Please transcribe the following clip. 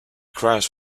crash